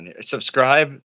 subscribe